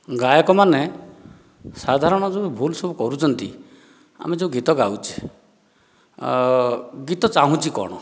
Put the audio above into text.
ଗାୟକମାନେ ସାଧାରଣତଃ ଯେଉଁ ଭୁଲ୍ ସବୁ କରୁଛନ୍ତି ଆମେ ଯେଉଁ ଗୀତ ସବୁ ଗାଉଛୁ ଗୀତ ଚାହୁଁଛି କ'ଣ